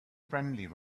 friendly